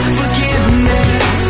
forgiveness